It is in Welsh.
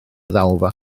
ddalfa